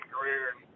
career